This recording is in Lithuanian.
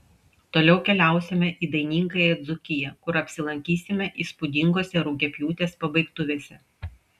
toliau keliausime į dainingąją dzūkiją kur apsilankysime įspūdingose rugiapjūtės pabaigtuvėse